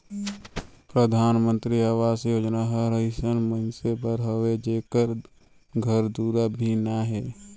परधानमंतरी अवास योजना हर अइसन मइनसे बर हवे जेकर घर दुरा नी हे